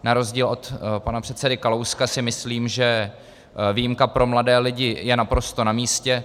Na rozdíl od pana předsedy Kalouska si myslím, že výjimka pro mladé lidi je naprosto namístě.